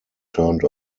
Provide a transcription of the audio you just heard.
turned